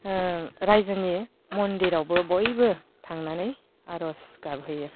रायजोनि मन्दिरावबो बयबो थांनानै आरज गाबहैयो